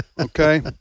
okay